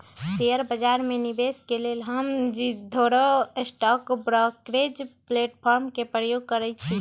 share बजार में निवेश के लेल हम जीरोधा स्टॉक ब्रोकरेज प्लेटफार्म के प्रयोग करइछि